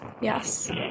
Yes